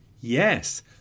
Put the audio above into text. Yes